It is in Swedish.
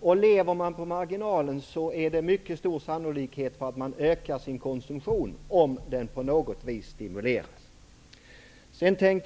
Den som lever på marginalen kommer med stor sannolikhet att öka sin konsumtion, om den stimuleras på något sätt.